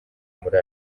muri